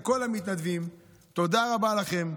לכל המתנדבים: תודה רבה לכם,